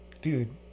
dude